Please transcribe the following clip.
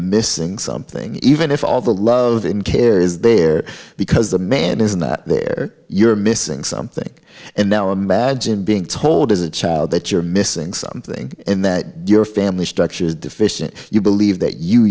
missing something even if all the love and care is there because the man is not there you're missing something and now i'm bajan being told as a child that you're missing something and that your family structure is deficient you believe that you